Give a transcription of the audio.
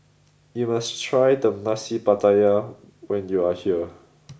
you must try the Nasi Pattaya when you are here